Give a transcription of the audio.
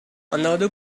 another